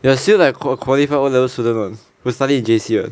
there are still qualify or those student [what] who's study in J_C [what]